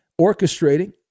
orchestrating